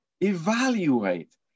evaluate